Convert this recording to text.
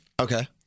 Okay